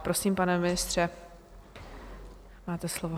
Prosím, pane ministře, máte slovo.